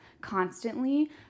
constantly